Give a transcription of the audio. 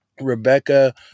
Rebecca